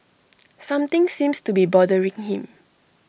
something seems to be bothering him